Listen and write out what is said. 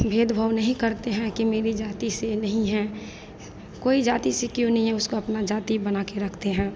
भेदभाव नहीं करते हैं कि मेरी जाति से नहीं है कोई जाति से क्यों नहीं है उसको अपनी जाति बनाकर रखते हैं